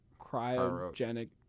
Cryogenic